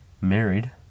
married